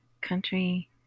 country